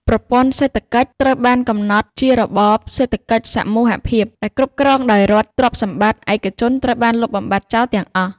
ប្រព័ន្ធសេដ្ឋកិច្ចត្រូវបានកំណត់ជារបប សេដ្ឋកិច្ចសមូហភាព ដែលគ្រប់គ្រងដោយរដ្ឋ ទ្រព្យសម្បត្តិឯកជនត្រូវបានលុបបំបាត់ចោលទាំងអស់។